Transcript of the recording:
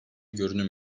görünüm